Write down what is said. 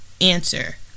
Answer